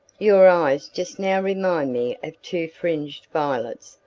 your eyes just now remind me of two fringed violets,